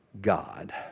God